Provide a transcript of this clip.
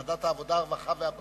ועדת העבודה, הרווחה והבריאות.